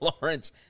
Lawrence